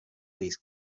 these